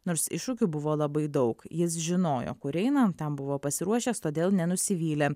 nors iššūkių buvo labai daug jis žinojo kur eina tam buvo pasiruošęs todėl nenusivylė